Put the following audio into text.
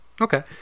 okay